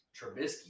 Trubisky